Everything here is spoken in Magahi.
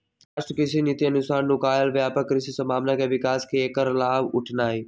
राष्ट्रीय कृषि नीति अनुसार नुकायल व्यापक कृषि संभावना के विकास आ ऐकर लाभ उठेनाई